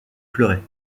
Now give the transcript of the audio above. fleuret